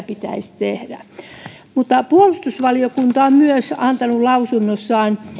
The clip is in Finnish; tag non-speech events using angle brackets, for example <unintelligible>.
<unintelligible> pitäisi tehdä puolustusvaliokunta on myös sanonut lausunnossaan